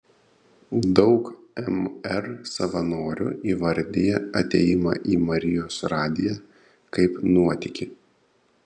daug mr savanorių įvardija atėjimą į marijos radiją kaip nuotykį